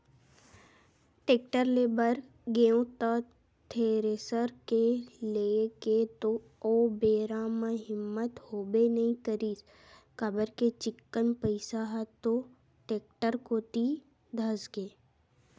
tractor ले बर गेंव त थेरेसर के लेय के तो ओ बेरा म हिम्मत होबे नइ करिस काबर के चिक्कन पइसा ह तो टेक्टर कोती धसगे